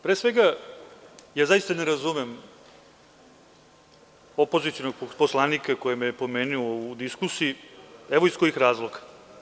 Pre svega, ja zaista ne razumem opozicionog poslanika koji me je pomenuo u diskusiji, evo iz kojih razloga.